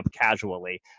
casually